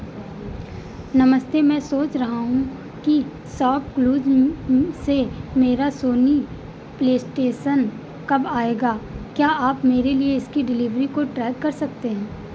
नमस्ते मैं सोच रहा हूँ कि सॉपक्लूज से मेरा सोनी प्लेस्टेसन कब आएगा क्या आप मेरे लिए इसकी डिलीवरी को ट्रैक कर सकते हैं